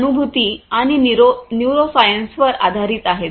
ती अनुभूती आणि न्यूरोसाइन्सवर आधारित आहेत